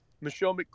Michelle